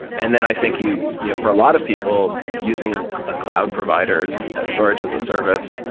and then i think you know for a lot of people, using ah cloud providers, storage as a service,